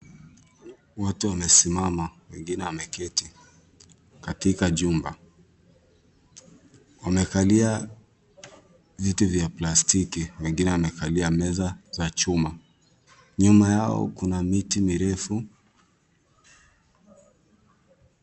Watu wamesimama. Wengine wameketi katika jumba. Wamekalia viti vya plastiki. Wengine wamekalia meza za chuma. Nyuma yao kuna miti mirefu.